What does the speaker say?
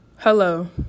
Hello